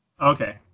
Okay